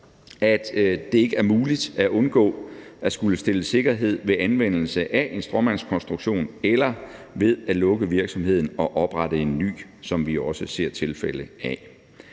at det ikke er muligt at undgå at skulle stille sikkerhed ved anvendelse af en stråmandskonstruktion eller ved at lukke virksomheden og oprette en ny, som vi også ser tilfælde af.